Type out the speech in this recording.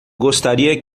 gostaria